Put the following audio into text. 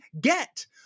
get